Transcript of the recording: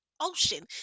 ocean